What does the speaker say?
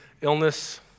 illness